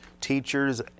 teachers